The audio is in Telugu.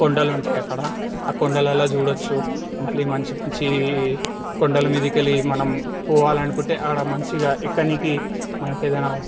కొండలు ఉంటయి అక్కడ ఆ కొండలల్ల చూడొచ్చు మళ్ళీ మంచి మంచి కొండల మీదికెళ్లి మనం పోవాలనుకుంటే ఆడ మంచిగ ఎక్కనీకి మనకేదైన